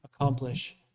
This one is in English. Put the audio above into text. accomplish